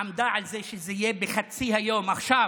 עמדה על זה שההסתייגויות האלה יהיו בחצי היום עכשיו?